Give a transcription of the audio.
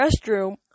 restroom